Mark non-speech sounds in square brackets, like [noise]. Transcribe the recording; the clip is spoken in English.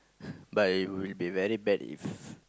[laughs] but it will be very bad if